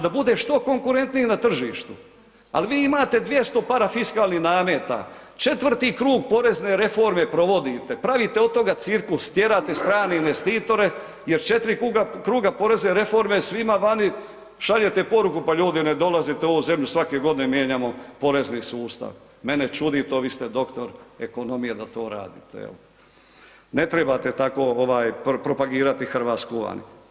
Da bude što konkurentniji na tržištu, al vi imate 200 parafiskalnih nameta, četvrti krug porezne reforme provodite, pravite od toga cirkus, tjerate strane investitore jer 4 kruga porezne reforme svima vani šaljete poruku, pa ljudi ne dolazite u ovu zemlju, svake godine mijenjamo porezni sustav, mene čudi to, vi ste doktor ekonomije da to radite jel, ne trebate tako ovaj propagirati RH vani.